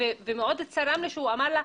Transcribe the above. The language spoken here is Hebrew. ומאוד צרם לי שהוא אמר לה,